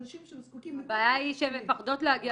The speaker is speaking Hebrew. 1000 אנשים שזקוקים -- הבעיה שהן מפחדות להגיע